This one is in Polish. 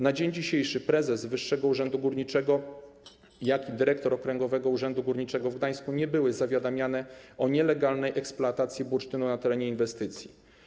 Na dzień dzisiejszy prezes Wyższego Urzędu Górniczego, jak i dyrektor Okręgowego Urzędu Górniczego w Gdańsku nie byli zawiadamiani o nielegalnej eksploatacji bursztynu na terenie inwestycji.